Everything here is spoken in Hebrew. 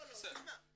בסדר.